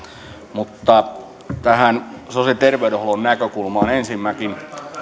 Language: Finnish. mutta tähän sosiaali ja terveydenhuollon näkökulmaan yksi